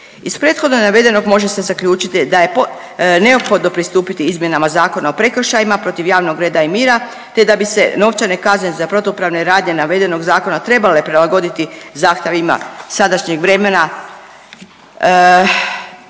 Iz prethodno navedenog može se zaključiti da je neophodno pristupiti izmjenama Zakona o prekršajima protiv javnog reda i mira te da bi se novčane kazne za protupravne radnje navedenog zakona trebale prilagoditi zahtjevima sadašnjeg vremena